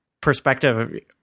perspective